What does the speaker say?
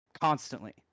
constantly